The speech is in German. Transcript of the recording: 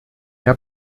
herr